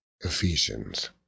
Ephesians